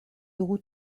dugu